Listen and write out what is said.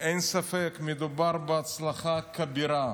אין ספק, מדובר בהצלחה כבירה,